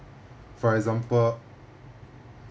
for example